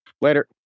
Later